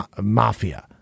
mafia